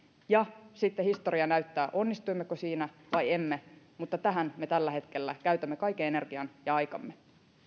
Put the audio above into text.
ja sitten historia näyttää onnistuimmeko siinä vai emme tähän me tällä hetkellä käytämme kaiken energian ja aikamme